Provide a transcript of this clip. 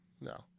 No